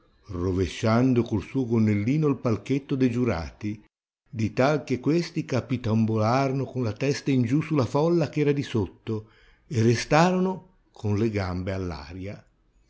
rovesciando col suo gonnellino il palchetto de giurati di tal che questi capitombolarono con la testa in giù sulla folla ch'era di sotto e restarono con le gambe all'aria